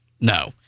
No